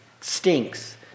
stinks